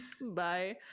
Bye